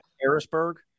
Harrisburg